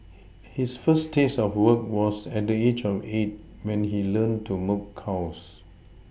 his first taste of work was at the age of eight when he learned to milk cows